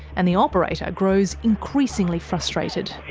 and the operator grows increasingly frustrated.